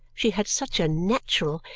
she had such a natural,